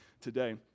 today